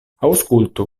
aŭskultu